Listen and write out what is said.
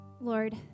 Lord